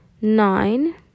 Nine